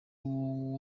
wabo